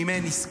אם אין עסקה,